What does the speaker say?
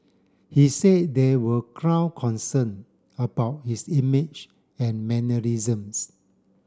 he said there were ground concern about his image and mannerisms